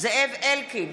זאב אלקין,